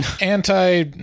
anti